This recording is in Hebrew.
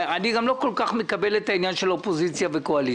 אני גם לא כל כך מקבל את העניין של אופוזיציה וקואליציה